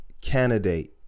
candidate